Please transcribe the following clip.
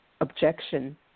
objection